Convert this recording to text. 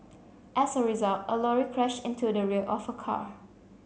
as a result a lorry crashed into the rear of her car